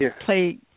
play